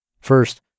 First